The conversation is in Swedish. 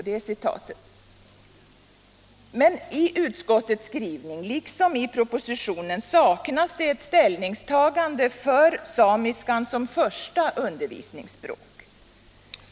Men 1 utskottets skrivning, liksom i propositionen, saknas ett stillningstagande för samiskan som första undervisningsspråk.